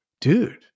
dude